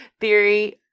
theory